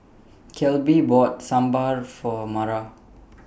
Kelby bought Sambar For Mara